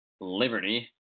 liberty